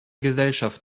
gesellschaft